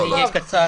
אהיה קצר.